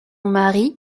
mari